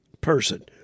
person